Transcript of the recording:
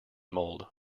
mould